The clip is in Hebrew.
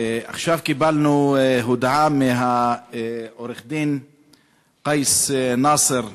עכשיו קיבלנו הודעה מעו"ד פאיז נאסר,